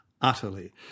utterly